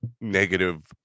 negative